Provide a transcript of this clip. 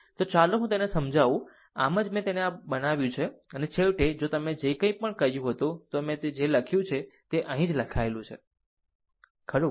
તો ચાલો હું તેને સમજાવું આમ જ મેં તેને આ જેવું બનાવ્યું છે અને છેવટે જો તમે જે કાંઈ પણ કહ્યું હતું તો મેં તે જ લખ્યું છે અહીં તે જ લખાયેલું છે ખરું